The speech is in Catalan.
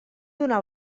donar